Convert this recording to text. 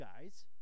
guys